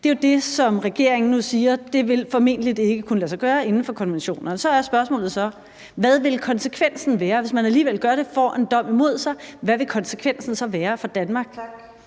Det er jo det, som regeringen nu siger formentlig ikke vil kunne lade sig gøre inden for konventionerne. Så er spørgsmålet: Hvis man alligevel gør det og får en dom imod sig, hvad vil konsekvensen så være for Danmark?